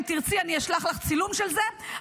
אם תרציף אני אשלח לך צילום של זה,